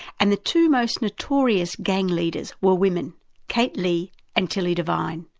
and the two most notorious gang leaders were women kate leigh and tilly devine.